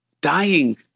dying